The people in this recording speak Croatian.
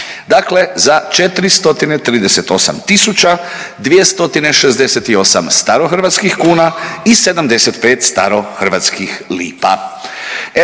dakle za 438 tisuća 268 starohrvatskih kuna i 75 starohrvatskih lipa.